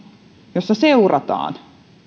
jossa seurataan